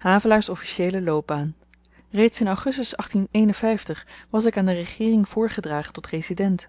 havelaars officieele loopbaan reeds in augustus was ik aan de regeering voorgedragen tot resident